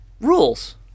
rules